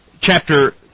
Chapter